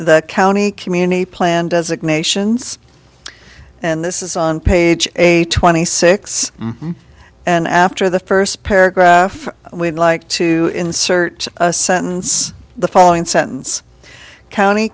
the county community plan designations and this is on page a twenty six and after the first paragraph we'd like to insert a sentence the following sentence county